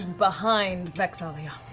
and behind vex'ahlia.